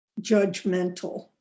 judgmental